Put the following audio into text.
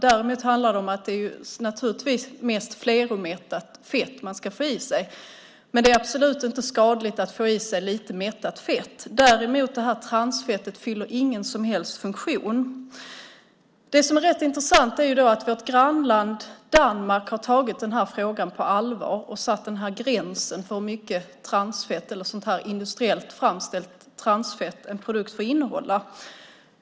Det är naturligtvis mest fleromättat fett man ska få i sig, men det är absolut inte skadligt att få i sig lite mättat fett. Transfettet fyller däremot ingen som helst funktion. Det som är rätt intressant är att vårt grannland Danmark har tagit frågan på allvar och satt den här gränsen för hur mycket industriellt framställt transfett en produkt får innehålla.